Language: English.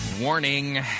Warning